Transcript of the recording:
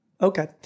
Okay